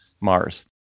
Mars